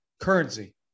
currency